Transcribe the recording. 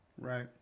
right